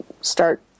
start